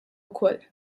wkoll